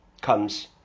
comes